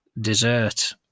dessert